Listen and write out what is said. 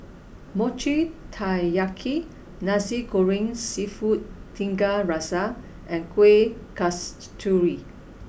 Mochi Taiyaki Nasi Goreng Seafood Tiga Rasa and Kuih Kasturi